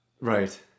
Right